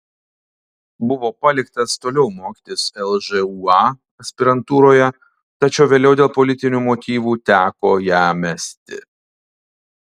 buvo paliktas toliau mokytis lžūa aspirantūroje tačiau vėliau dėl politinių motyvų teko ją mesti